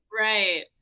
right